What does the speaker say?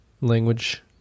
language